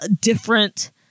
different